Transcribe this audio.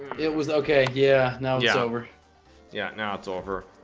it was okay yeah now it's over yeah now it's over